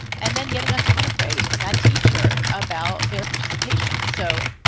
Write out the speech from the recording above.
and then getting a ton of praise from that teacher about their participation so